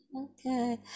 Okay